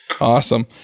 Awesome